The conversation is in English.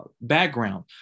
Background